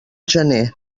gener